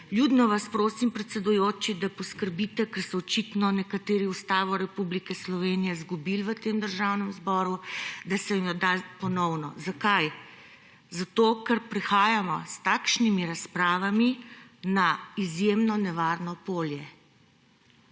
Vljudno vas prosim, predsedujoči, da poskrbite, ker očitno so nekateri Ustavo Republike Slovenije izgubili v tem državnem zboru, da se jim jo da ponovno. Zakaj? Ker prehajamo s takšnimi razpravami na izjemno nevarno polje.